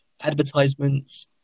advertisements